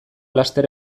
laster